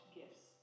gifts